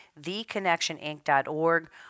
TheConnectionInc.org